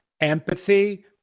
empathy